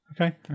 Okay